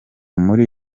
muri